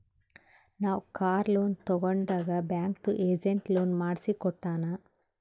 ನಾವ್ car loan ತಗೊಂಡಾಗ್ ಬ್ಯಾಂಕ್ದು ಏಜೆಂಟ್ ಲೋನ್ ಮಾಡ್ಸಿ ಕೊಟ್ಟಾನ್